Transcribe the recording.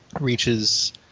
Reaches